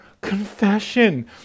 confession